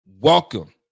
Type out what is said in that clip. Welcome